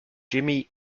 jimmy